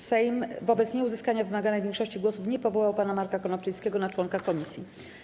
Sejm wobec nieuzyskania wymaganej większości głosów nie powołał pana Marka Konopczyńskiego na członka komisji.